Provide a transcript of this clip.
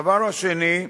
הדבר השני,